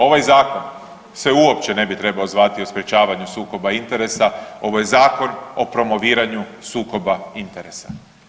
Ovaj zakon se uopće ne bi trebao zvati o sprječavanju sukoba interesa, ovo je zakon o promoviranju sukoba interesa.